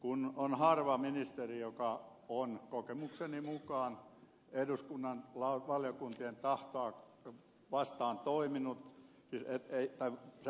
kun vain harva ministeri kokemukseni mukaan on eduskunnan valiokuntien